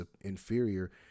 inferior